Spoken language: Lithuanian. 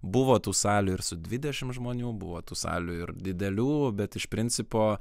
buvo tų salių ir su dvidešimt žmonių buvo tų salių ir didelių bet iš principo